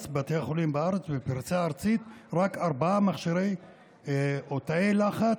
בארץ בבתי החולים בארץ בפריסה ארצית רק ארבעה תאי לחץ,